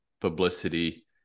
publicity